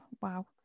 Wow